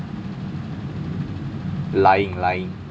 lying lying